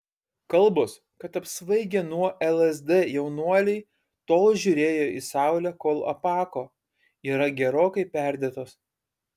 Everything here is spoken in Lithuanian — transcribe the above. kalbos kad apsvaigę nuo lsd jaunuoliai tol žiūrėjo į saulę kol apako yra gerokai perdėtos